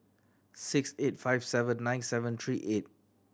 six eight five seven nine seven three eight